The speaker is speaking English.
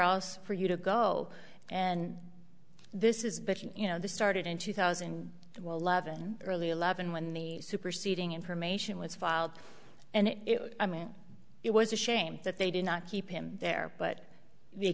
else for you to go and this is but you know this started in two thousand and eleven early eleven when the superseding information was filed and it was i mean it was a shame that they did not keep him there but